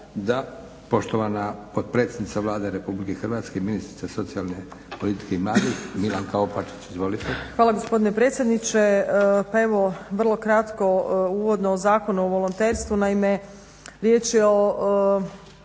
Da. Poštovana potpredsjednica Vlade RH i ministrica socijalne politike i mladih Milanka Opačić. Izvolite. **Opačić, Milanka (SDP)** Hvala gospodine predsjedniče. Pa evo vrlo kratko uvodno o Zakonu o volonterstvu. Naime, riječ je o